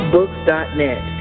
Books.net